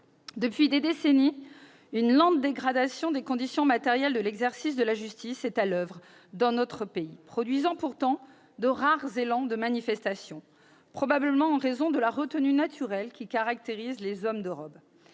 Depuis des décennies, une lente dégradation des conditions matérielles de l'exercice de la justice est à l'oeuvre dans notre pays, produisant pourtant de rares élans de manifestation, probablement en raison de la retenue naturelle qui caractérise les hommes de robe.